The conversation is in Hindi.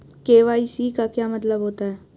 के.वाई.सी का क्या मतलब होता है?